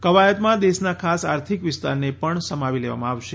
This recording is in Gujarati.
ક્વાયતમાં દેશના ખાસ આર્થિક વિસ્તારને પણ સમાવી લેવામાં આવશે